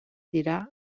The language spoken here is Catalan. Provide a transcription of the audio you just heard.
dirà